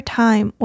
time